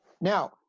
Now